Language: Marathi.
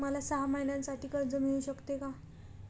मला सहा महिन्यांसाठी कर्ज मिळू शकते का?